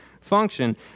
function